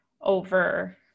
over